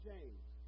James